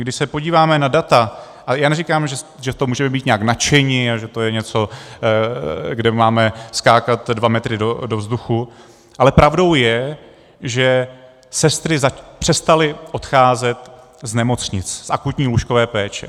Když se podíváme na data a já neříkám, že z toho můžeme být nějak nadšeni a že to je něco, kde máme skákat dva metry do vzduchu, ale pravdou je, že sestry přestaly odcházet z nemocnic, z akutní lůžkové péče.